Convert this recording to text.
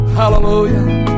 hallelujah